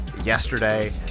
yesterday